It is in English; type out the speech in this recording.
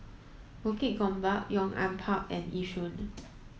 Bukit Gombak Yong An Park and Yishun